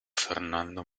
fernando